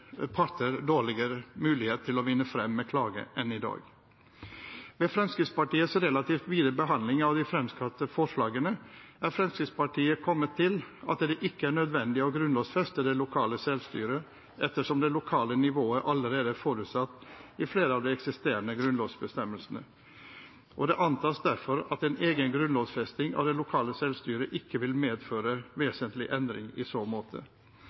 parter dårligere muligheter til å vinne frem med klage enn i dag Ved Fremskrittspartiets relativt vide behandling av de fremsatte forslagene er Fremskrittspartiet kommet til at det ikke er nødvendig å grunnlovfeste det lokale selvstyret, ettersom det lokale nivået allerede er forutsatt i flere av de eksisterende grunnlovsbestemmelsene. Det antas derfor at en egen grunnlovfesting av det lokale selvstyret ikke vil medføre noen vesentlig endring i så måte.